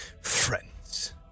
Friends